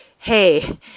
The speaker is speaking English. Hey